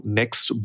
next